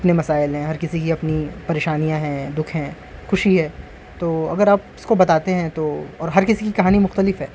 اپنے مسائل ہیں ہر کسی کی اپنی پریشانیاں ہیں دکھ ہیں خوشی ہے تو اگر آپ اس کو بتاتے ہیں تو اور ہر کسی کی کہانی مختلف ہے